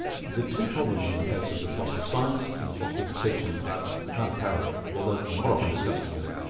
the two problems in the case of the philosophy of science and the philosophy of perception are a kind of parallel, although not often discussed together.